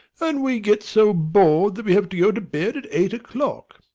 and we get so bored that we have to go to bed at eight o'clock.